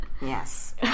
Yes